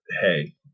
hey